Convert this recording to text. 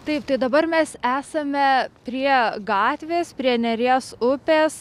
taip tai dabar mes esame prie gatvės prie neries upės